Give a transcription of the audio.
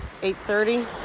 8.30